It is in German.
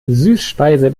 süßspeise